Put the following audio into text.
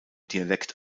dialekt